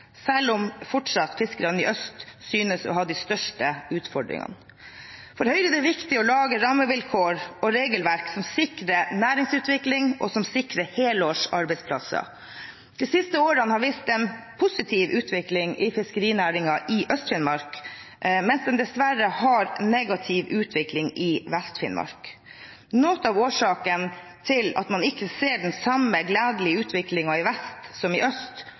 selv om fiskerne i øst fortsatt synes å ha de største utfordringene. For Høyre er det viktig å lage rammevilkår og regelverk som sikrer næringsutvikling, og som sikrer helårsarbeidsplasser. De siste årene har vist en positiv utvikling i fiskerinæringen i Øst-Finnmark, mens en dessverre har negativ utvikling i Vest-Finnmark. Noe av årsaken til at man ikke ser den samme gledelige utviklingen i vest som i øst,